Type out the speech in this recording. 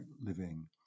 living